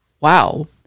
wow